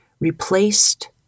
replaced